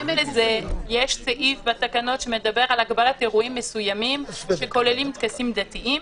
יש סעיף בתקנות שמדבר על הגבלת אירועים מסוימים שכוללים טקסים דתיים,